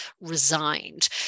resigned